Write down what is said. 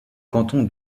canton